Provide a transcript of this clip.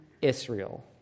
Israel